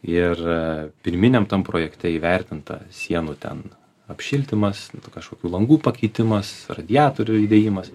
ir pirminiam tam projekte įvertinta sienų ten apšildymas kažkokių langų pakeitimas radiatorių įdėjimas